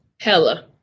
Hella